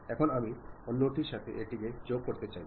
ഇപ്പോൾ റിസീവർ സന്ദേശം എക്സ്ട്രാക്റ്റു ചെയ്യേണ്ടതാണ്